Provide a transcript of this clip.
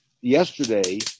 yesterday